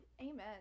Amen